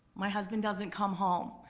my husband doesn't come home,